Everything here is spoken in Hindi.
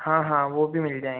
हाँ हाँ वे भी मिल जाएंगे